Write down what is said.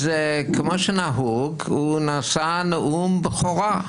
אז כמו שנהוג, הוא נשא נאום בכורה,